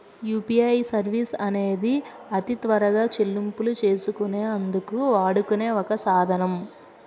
UPI services అనేవి అతి త్వరగా చెల్లింపులు చేసుకునే అందుకు వాడుకునే ఒక సాధనం